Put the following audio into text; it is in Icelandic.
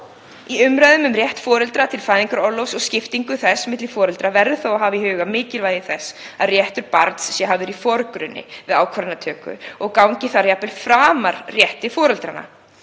Í umræðum um rétt foreldra til fæðingarorlofs og skiptingu þess milli foreldra verður þó að hafa í huga mikilvægi þess að réttur barnsins sé hafður í forgrunni við ákvarðanatöku og gangi þar jafnvel framar rétti foreldranna.